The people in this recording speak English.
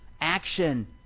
action